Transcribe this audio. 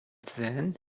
then